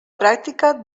pràctica